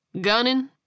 Gunning